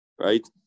right